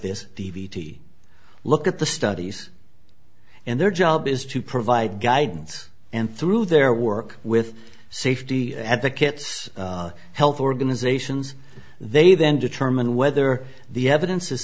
this d v d look at the studies and their job is to provide guidance and through their work with safety advocates health organizations they then determine whether the evidence is